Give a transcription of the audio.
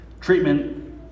treatment